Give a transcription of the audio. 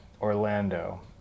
Orlando